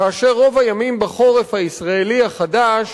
כאשר רוב הימים בחורף הישראלי החדש